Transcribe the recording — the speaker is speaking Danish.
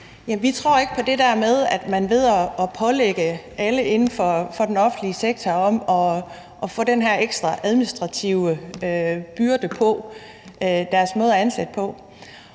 Vi tror ikke på det der med at pålægge alle inden for den offentlige sektor den her ekstra administrative byrde i forbindelse med deres måde at ansætte på.